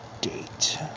date